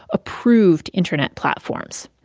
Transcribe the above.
approved, internet platforms